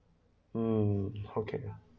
um okay